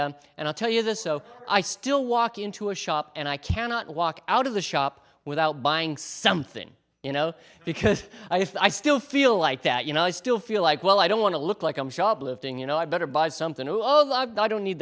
and and i tell you this so i still walk into a shop and i cannot walk out of the shop without buying something you know because i still feel like that you know i still feel like well i don't want to look like i'm shoplifting you know i'd better buy something oh a log i don't need